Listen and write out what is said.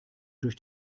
durch